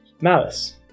Malice